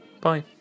Bye